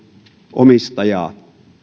omistajaa